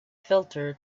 filter